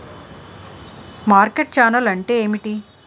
Market channel అంటే ఏమిటి?